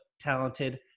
talented